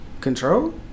Control